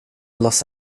los